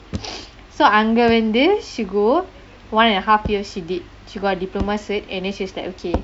so அங்கே வந்து:angae vanthu she go one and a half years she did she got diploma certificate and the she's like okay